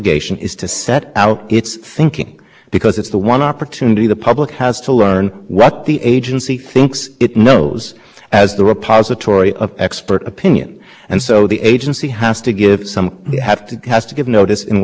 situation here where if you just have a mobile telephone number you can't reach hundreds of millions of endpoints on the commission's suppose that single network that combines the internet and the telephone network and finally with respect are contradictions